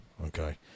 okay